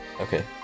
Okay